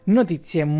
notizie